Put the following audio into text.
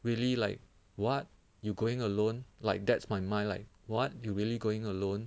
really like what you going alone like that's my mind like what you really going alone